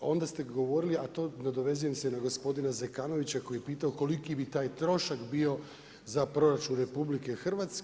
A onda ste govorili, nadovezujem se na gospodina Zekanovića koji je pitao koliki bi taj trošak bio za proračun RH.